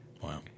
Wow